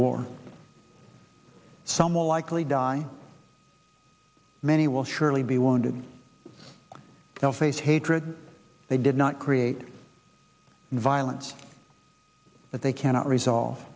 war some will likely die many will surely be wounded they'll face hatred they did not create violence but they cannot resolve